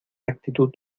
actitud